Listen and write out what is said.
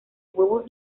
huevo